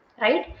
right